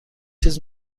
چیز